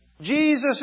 Jesus